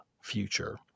future